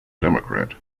democrat